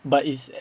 but it's e~